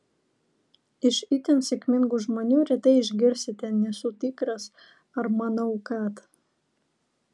iš itin sėkmingų žmonių retai išgirsite nesu tikras ar manau kad